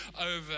over